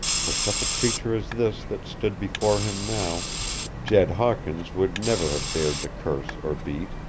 for such a creature as this that stood before him now jed hawkins would never have dared to curse or beat,